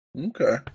Okay